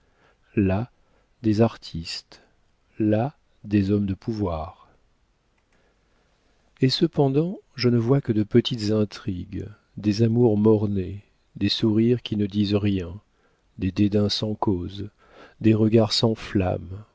là des artistes là des hommes de pouvoir et cependant je ne vois que de petites intrigues des amours mort-nés des sourires qui ne disent rien des dédains sans cause des regards